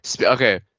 Okay